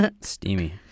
Steamy